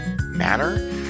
manner